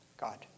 God